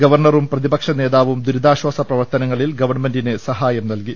ഗവർണറും പ്രതിപക്ഷനേതാവും ദുരിതാ ശ്വാസ പ്രവർത്തനങ്ങളിൽ ഗവൺമെന്റിന് സഹായം നൽകി